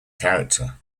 character